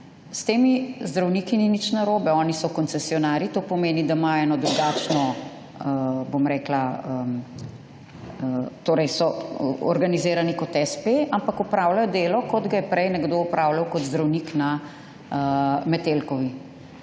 s temi zdravniki ni nič narobe. Oni so koncesionarji, to pomeni, da imajo eno drugačno, bom rekla, torej so organizirani kot s.p., ampak opravlja delo, kot ga je prej nekdo opravljal kot zdravnik na Metelkovi.